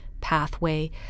pathway